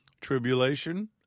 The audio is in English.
Tribulation